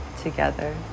together